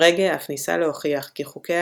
פרגה אף ניסה להוכיח כי חוקי